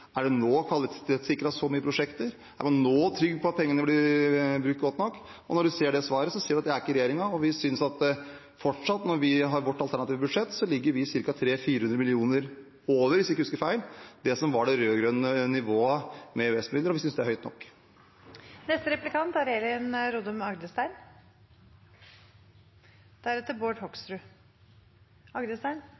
Er det nå kvalitetssikret så mange prosjekter? Er man nå trygg på at pengene blir brukt godt nok? Når man ser svaret, ser man at det er ikke regjeringen. I vårt alternative budsjett ligger vi ca. 300–400 mill. kr over det som var det rød-grønne nivået for EØS-midler, hvis jeg ikke husker feil, og vi synes det er høyt nok. Budsjettprosessen i år viser et økende sprik på rød-grønn side. Den eneste fellesnevneren er